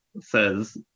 says